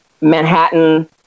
Manhattan